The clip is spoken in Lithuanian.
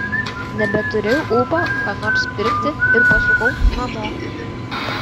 nebeturėjau ūpo ką nors pirkti ir pasukau namo